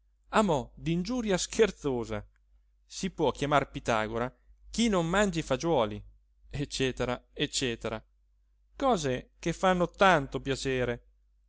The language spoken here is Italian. a mo d'ingiuria scherzosa si può chiamar pitagora chi non mangi fagiuoli ecc ecc cose che fanno tanto piacere